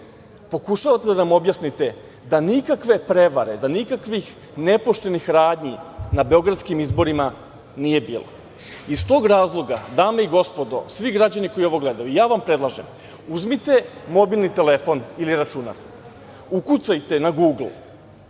pokušavate da nam objasnite da nikakve prevare, da nikakvih nepoštenih radnji na beogradskim izborima nije bilo. Iz tog razloga, dame i gospodo i svi građani koji ovo gledaju, ja vam predlažem, uzmite mobilni telefon ili računar, ukucajte na Guglu